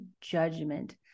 judgment